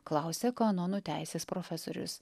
klausia kanonų teisės profesorius